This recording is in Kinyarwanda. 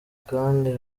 kandi